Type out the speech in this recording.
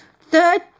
Third